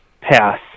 pass